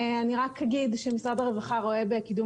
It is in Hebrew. אני רק אגיד שמשרד הרווחה רואה בקידום